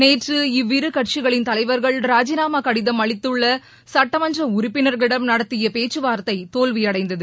நேற்று இவ்விரு கட்சிகளின் தலைவர்கள் ராஜினாமா கடிதம் அளித்துள்ள சட்டமன்ற உறுப்பினர்களிடம் நடத்திய பேச்சுவார்த்தை தோல்வி அடைந்தது